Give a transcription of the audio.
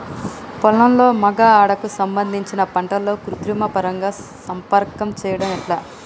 పొలంలో మగ ఆడ కు సంబంధించిన పంటలలో కృత్రిమ పరంగా సంపర్కం చెయ్యడం ఎట్ల?